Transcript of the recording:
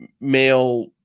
male